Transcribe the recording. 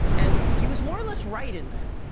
and he was more or less right in that.